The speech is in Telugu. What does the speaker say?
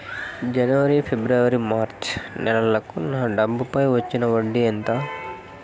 జనవరి, ఫిబ్రవరి, మార్చ్ నెలలకు నా డబ్బుపై వచ్చిన వడ్డీ ఎంత